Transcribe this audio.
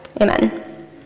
Amen